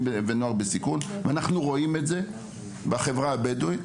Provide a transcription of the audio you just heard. ולנוער בסיכון ואנחנו רואים כמה זה מרכזי בחברה הבדואית,